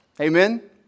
Amen